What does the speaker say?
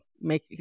make